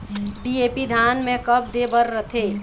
DAP धान मे कब दे बर रथे?